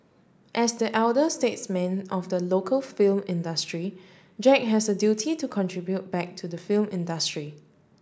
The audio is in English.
as the elder statesman of the local film industry Jack has a duty to contribute back to the film industry